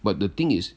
but the thing is